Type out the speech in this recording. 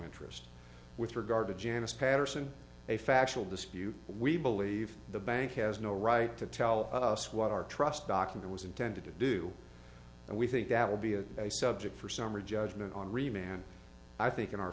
interest with regard to janice patterson a factual dispute we believe the bank has no right to tell us what our trust document was intended to do and we think that will be a subject for summary judgment on remain and i think in our